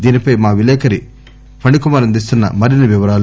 దీనిపై మా విలేకరి ఫణికుమార్ అందిస్తున్న వివరాలు